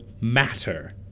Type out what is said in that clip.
matter